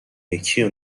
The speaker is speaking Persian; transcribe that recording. یکیو